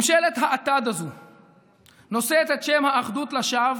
ממשלת האטד הזאת נושאת את שם האחדות לשווא,